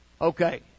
Okay